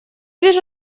вижу